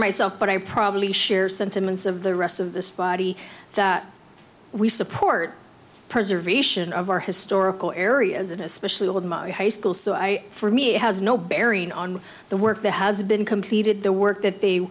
myself but i probably share sentiments of the rest of this body that we support preservation of our historical areas and especially with my high school so i for me it has no bearing on the work that has been completed the work that they